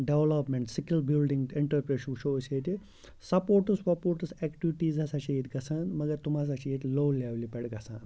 development skill building enterprise وُچھو أسۍ ییٚتہِ سپوٹٕس وَپوٹٕس ایکٹٕوِٹیٖز ہَسا چھِ ییٚتہِ گژھان مگر تِم ہَسا چھِ ییٚتہِ لو لیولہِ پٮ۪ٹھ گژھان